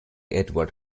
edward